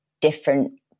different